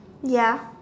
ya